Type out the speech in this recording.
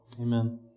Amen